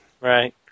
Right